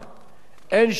אין שום מורא,